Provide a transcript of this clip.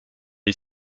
est